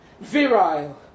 virile